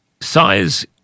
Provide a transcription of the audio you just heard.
size